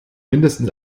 mindestens